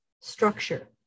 structure